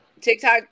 tiktok